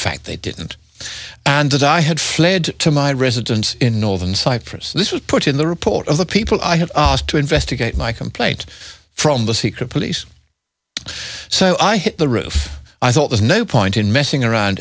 fact they didn't and that i had fled to my residence in northern cyprus so this was put in the report of the people i had to investigate my complaint from the secret police so i hit the roof i thought there's no point in messing around